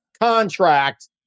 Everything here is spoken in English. contract